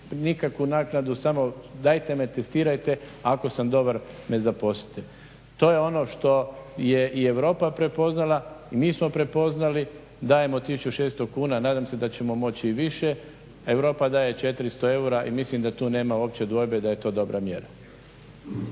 nikakvu naknadu samo dajte me testirajte, ako sam dobar me zaposlite. To je ono što je i Europa prepoznala i mi smo prepoznali, dajemo 1600 kuna, nadam se da ćemo moći i više, Europa daje 400 eura i mislim da tu nema uopće dvojbe da je to dobra mjera.